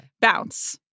Bounce